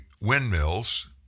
windmills